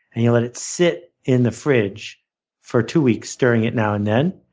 and you let it sit in the fridge for two weeks, stirring it now and then.